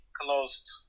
closed